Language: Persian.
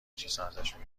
چیزهاازشون